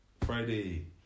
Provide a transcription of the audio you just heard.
Friday